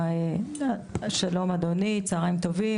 שלום אדוני, צוהריים טובים.